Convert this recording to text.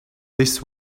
this